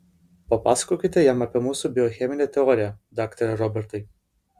papasakokite jam apie mūsų biocheminę teoriją daktare robertai